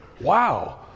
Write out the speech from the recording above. Wow